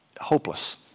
Hopeless